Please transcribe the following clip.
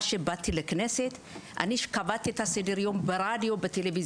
אני קבעתי את סדר היום של הקהילה ברדיו ובטלוויזיה.